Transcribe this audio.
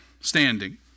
standing